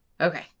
Okay